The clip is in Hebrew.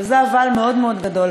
וזה "אבל" מאוד מאוד גדול,